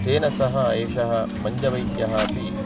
तेन सः एषः मञ्जवैद्यः अपि